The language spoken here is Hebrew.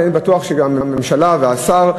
אני בטוח שגם הממשלה והשר,